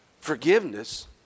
Forgiveness